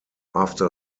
after